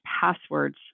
passwords